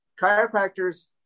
chiropractors